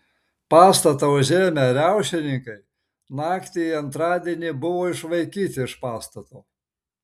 pastatą užėmę riaušininkai naktį į antradienį buvo išvaikyti iš pastato